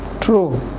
true